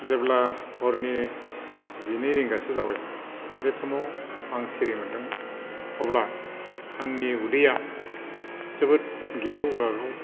जेब्ला हरनि जिनै रिंगासो जाबायदां बे समाव आं सिरि मोन्दोंमोन अब्ला आंनि उदैया जोबोद गेगेव गेगाव